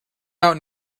out